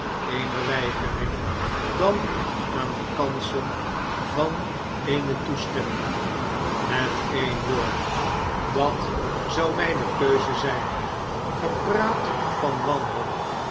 eener weigering danaan de kansen van eene toestemming met een woord dat zou mijne keuze zijn ge praat van wanhoop